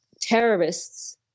terrorists